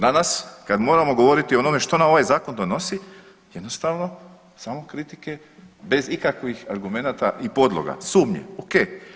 Danas kada moramo govoriti o onome što nam ovaj zakon donosi, jednostavno samo kritike bez ikakvih argumenata i podloga, sumnji ok.